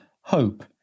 hope